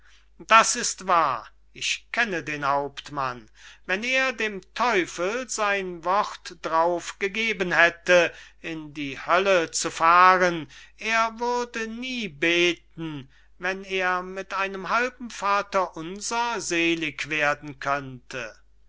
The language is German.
das ist wahr ich kenne den hauptmann wenn er dem teufel sein wort drauf gegeben hätte in die hölle zu fahren er würde nie beten wenn er mit einem halben vater unser seelig werden könnte